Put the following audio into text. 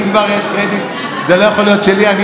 אם כבר יש קרדיט, זה לא יכול להיות שלי.